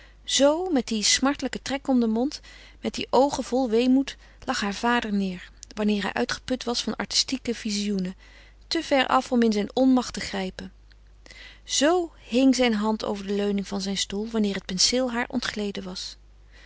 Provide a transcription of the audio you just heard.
z met dien smartelijken trek om den mond met die oogen vol meemoed lag haar vader neêr wanneer hij uitgeput was van artistieke vizioenen te ver af om in zijn onmacht te grijpen z hing zijn hand over de leuning van zijn stoel wanneer het penseel haar ontgleden was